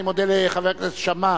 אני מודה לחבר הכנסת שאמה,